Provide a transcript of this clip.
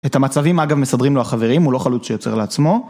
את המצבים אגב מסדרים לו החברים, הוא לא חלוץ שיוצר לעצמו.